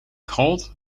called